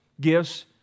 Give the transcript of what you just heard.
gifts